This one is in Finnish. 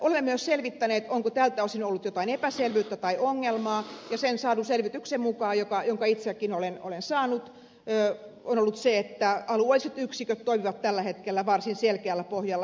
olemme myös selvittäneet onko tältä osin ollut jotain epäselvyyttä tai ongelmaa ja sen saadun selvityksen mukaan jonka itsekin olen saanut jee on ollut se että alueelliset yksiköt toimivat tällä hetkellä varsin selkeällä pohjalla